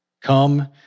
come